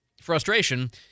Frustration